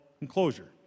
enclosure